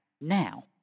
Now